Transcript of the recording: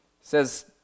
says